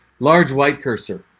large white cursor.